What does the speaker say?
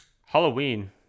Halloween